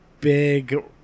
Big